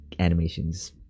animations